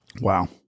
wow